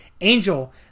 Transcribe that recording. Angel